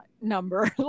number